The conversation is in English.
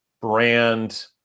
brand